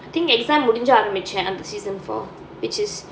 I think exam முடிஞ்சு ஆரம்பிச்ச அந்த:mudinju aarambichcha antha season four which is